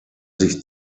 sich